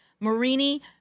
Marini